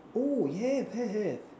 oh have have have